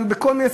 בכל מיני,